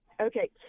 Okay